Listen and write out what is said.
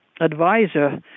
advisor